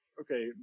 okay